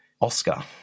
Oscar